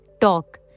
talk